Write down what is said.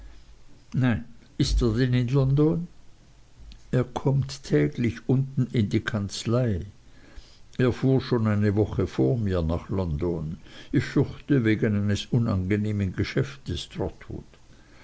ist er denn in london er kommt täglich unten in die kanzlei er fuhr schon eine woche vor mir nach london ich fürchte wegen eines unangenehmen geschäftes